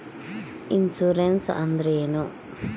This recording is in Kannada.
ಇನ್ಸುರೆನ್ಸ್ ಅಂದ್ರೇನು?